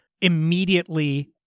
immediately